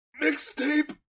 mixtape